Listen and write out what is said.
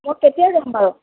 মই কেতিয়া যাম বাৰু